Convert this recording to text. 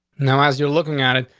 now, as you're looking at it,